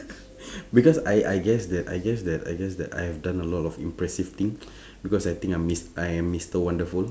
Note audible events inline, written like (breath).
(breath) because I I I guess that I guess that I guess that I have done a lot of impressive thing (breath) because I think I'm mis~ I am mister wonderful